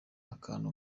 akantu